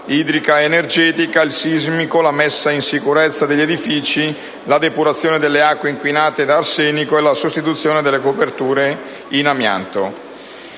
idrica ed energetica, il sismico, la messa in sicurezza degli edifici, la depurazione delle acque inquinate da arsenico e la sostituzione delle coperture in amianto.